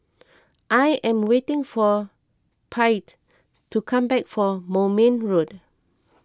I am waiting for Paityn to come back from Moulmein Road